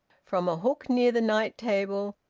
from a hook near the night-table,